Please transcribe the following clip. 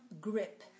grip